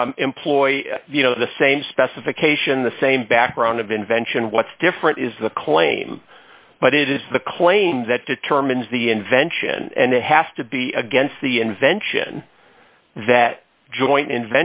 patents employed you know the same specification the same background of invention what's different is the claim but it is the claim that determines the invention and it has to be against the invention that joint